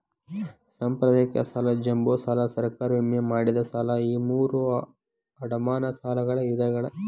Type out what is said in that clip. ಸಾಂಪ್ರದಾಯಿಕ ಸಾಲ ಜಂಬೋ ಸಾಲ ಸರ್ಕಾರಿ ವಿಮೆ ಮಾಡಿದ ಸಾಲ ಈ ಮೂರೂ ಅಡಮಾನ ಸಾಲಗಳ ವಿಧಗಳ